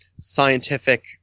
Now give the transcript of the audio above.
scientific